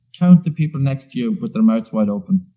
count the people next to you with their mouths wide-open